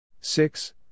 Six